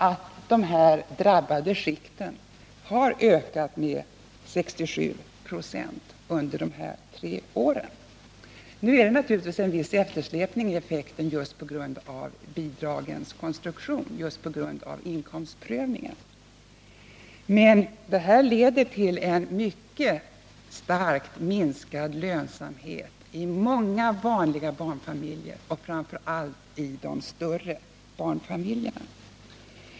: Detta innebär att de drabbade skikten har ökat med 67 2» under de här tre åren. Nu är det naturligtvis en viss eftersläpning i effekten just på grund av inkomstprövningens konstruktion. Men detta leder till mycket starkt minskad lönsamhet i många vanliga barnfamiljer och framför allt i de större barnfamiljerna.